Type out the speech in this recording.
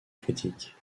critique